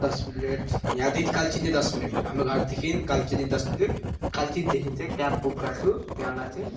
दस मिनेट यहाँदेखि कालचिनी दस मिनेट हाम्रो घरदेखिन् कालचिनी दस मिनेट कालचिनीदेखिन् चाहिँ क्याब बुक गर्छु त्यहाँबाट चाहिँ